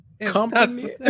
company